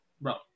Bro